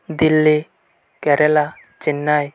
Delhi Kerala Chennai